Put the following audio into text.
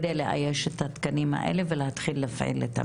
כדי לאייש את התקנים האלה ולהתחיל להפעיל את המרכזים.